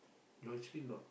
you actually not